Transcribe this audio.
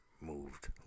moved